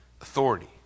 authority